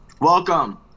Welcome